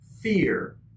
fear